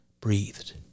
breathed